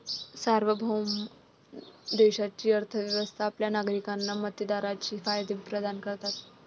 सार्वभौम देशाची अर्थ व्यवस्था आपल्या नागरिकांना मक्तेदारीचे फायदे प्रदान करते